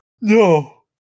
No